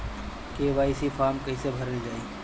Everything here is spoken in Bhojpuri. के.वाइ.सी फार्म कइसे भरल जाइ?